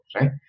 right